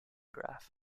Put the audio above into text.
graph